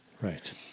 Right